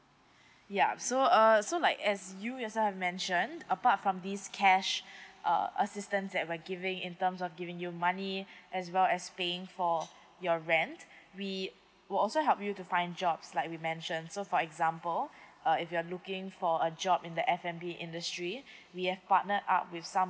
yup so uh so like as you yourself have mentioned apart from this cash uh assistance that we're giving in terms of giving you money as well as paying for your rent we will also help you to find jobs like we mentioned so for example uh if you're looking for a job in the F and B industry we have partnered up with some